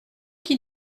qui